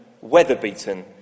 weather-beaten